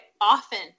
often